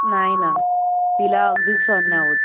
नाही ना तिला अगदीच सहन नाही होत